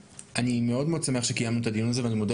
אני מאוד שמח שקיימנו את הדיון הזה ואני מודה